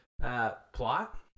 Plot